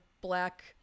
black